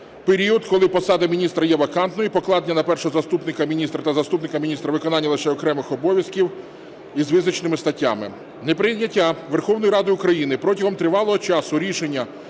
період, коли посада міністра є вакантною і покладення на першого заступника міністра та заступників міністра виконання лише окремих обов'язків із визначеними статтями. Неприйняття Верховною Радою України протягом тривалого часу рішення